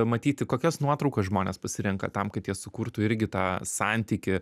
matyti kokias nuotraukas žmonės pasirenka tam kad jie sukurtų irgi tą santykį